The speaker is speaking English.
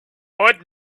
but